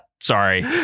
sorry